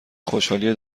خوشحالی